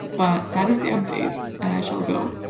but that is the update and i shall go.